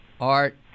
Art